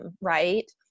right